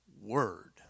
Word